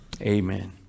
Amen